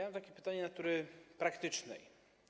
Mam takie pytanie natury praktycznej.